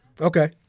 Okay